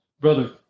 brother